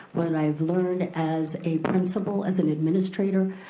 what i've learned as a principal, as an administrator.